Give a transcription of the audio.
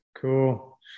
Cool